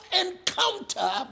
encounter